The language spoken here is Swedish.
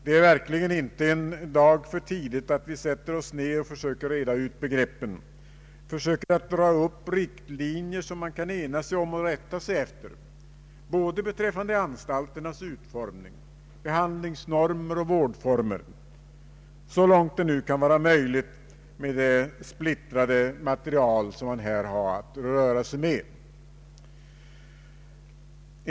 Det är verkligen inte en dag för tidigt att vi sätter oss ned och försöker reda ut begreppen, försöker att dra upp riktlinjer som man kan ena sig om och rätta sig efter, både beträffande anstalternas utformning, behandlingsnormer och vårdformer — så långt det nu kan vara möjligt med det splittrade material man här har att röra sig med.